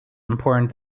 important